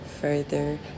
further